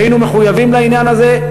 כי היינו מחויבים לעניין הזה,